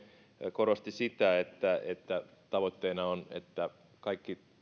korosti sitä että että tavoitteena on että kaikki